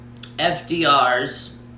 FDR's